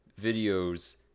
videos